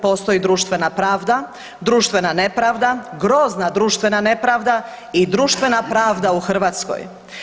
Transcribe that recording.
Postoji društvena pravda, društvena nepravda, grozna društvena nepravda i društvena pravda u Hrvatskoj.